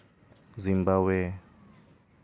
Zimbabwe